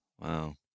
Wow